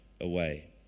away